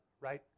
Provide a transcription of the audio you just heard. right